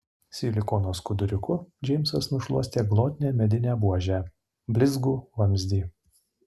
silikono skuduriuku džeimsas nušluostė glotnią medinę buožę blizgų vamzdį